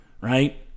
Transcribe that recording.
right